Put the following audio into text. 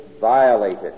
violated